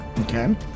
Okay